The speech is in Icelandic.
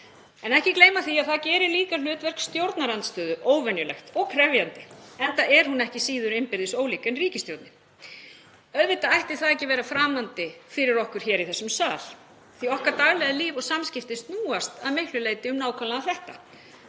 En ekki gleyma því að það gerir líka hlutverk stjórnarandstöðu óvenjulegt og krefjandi, enda er hún ekki síður innbyrðis ólík en ríkisstjórnin. Auðvitað ætti það ekki að vera framandi fyrir okkur hér í þessum sal því að okkar daglega líf og samskipti snúast að miklu leyti um nákvæmlega þetta,